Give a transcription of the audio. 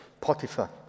potiphar